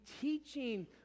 teaching